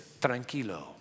tranquilo